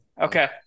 Okay